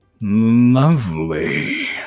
lovely